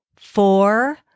four